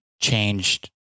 changed